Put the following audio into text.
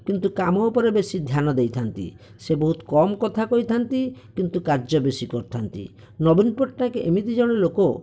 କିନ୍ତୁ କାମ ଓପରେ ବେଶୀ ଧ୍ୟାନ ଦେଇଥାନ୍ତି ସେ ବହୁତ୍ କମ କଥା କହିଥାନ୍ତି କିନ୍ତୁ କାର୍ଯ୍ୟ ବେଶୀ କରିଥାନ୍ତି ନବୀନ ପଟ୍ଟନାୟକ ଏମିତି ଜଣେ ଲୋକ